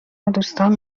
ودوستان